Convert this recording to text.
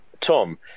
Tom